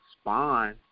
Spawn